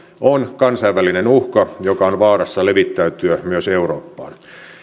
on kansainvälinen uhka joka on vaarassa levittäytyä myös eurooppaan